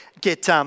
get